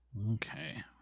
Okay